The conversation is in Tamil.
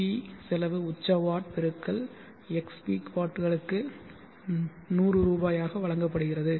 வி செலவு உச்ச வாட் × x பீக் வாட்களுக்கு 100 ரூபாயாக வழங்கப்படுகிறது